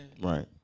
right